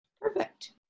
Perfect